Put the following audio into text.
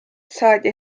saadi